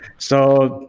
so,